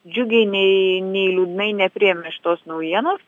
džiugiai nei nei liūdnai nepriėmė šitos naujienos